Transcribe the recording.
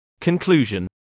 Conclusion